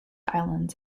islands